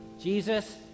Jesus